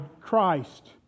Christ